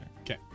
Okay